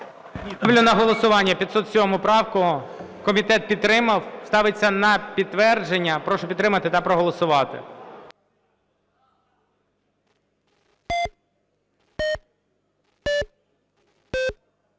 Ставлю на голосування 507 правку. Комітет підтримав, ставиться на підтвердження. Прошу підтримати та проголосувати.